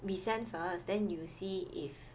we send first then you see if